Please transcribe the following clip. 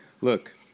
look –